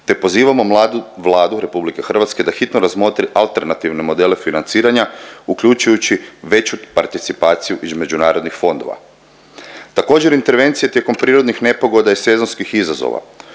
te pozivamo mladu, Vladu RH da hitno razmotri alternativne modele financiranja uključujući veću participaciju iz međunarodnih fondova. Također intervencije tijekom prirodnih nepogoda i sezonskih izazova.